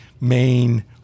main